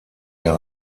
ihr